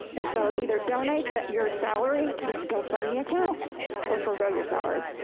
and so either donate that your salary to these gofundme yeah accounts or forgo your salary.